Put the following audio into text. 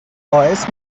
باعث